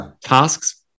tasks